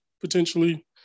potentially